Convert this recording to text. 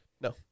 No